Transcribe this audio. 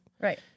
Right